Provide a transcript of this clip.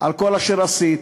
על כל אשר עשית,